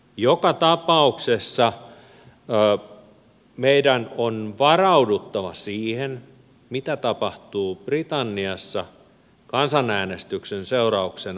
joka tapauksessa meidän on varauduttava siihen mitä tapahtuu britanniassa kansanäänestyksen seurauksena